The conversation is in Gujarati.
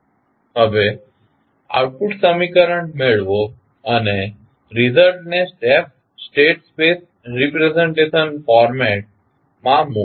હવે આઉટપુટ સમીકરણ મેળવો અને રીઝલ્ટ ને સ્ટેટ સ્પેસ રીપ્રેઝન્ટેશન ફોરમેટ માં મૂકો